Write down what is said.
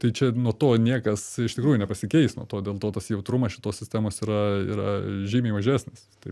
tai čia nuo to niekas iš tikrųjų nepasikeis nuo to dėl to tas jautrumas šitos sistemos yra yra žymiai mažesnis taip